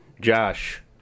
Josh